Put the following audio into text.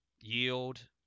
yield